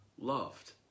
loved